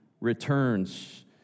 returns